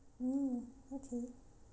mm okay